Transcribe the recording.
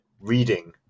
Reading